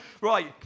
Right